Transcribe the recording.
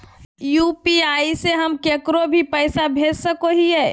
UPI से हम केकरो भी पैसा भेज सको हियै?